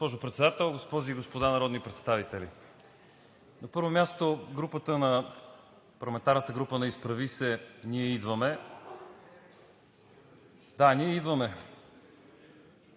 Госпожо Председател, госпожи и господа народни представители! На първо място, парламентарната групата на „Изправи се БГ! Ние идваме!“, да, ние идваме,